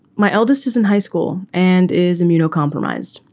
my eldest is in high school and is immunocompromised.